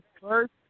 first